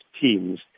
Teams